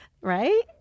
right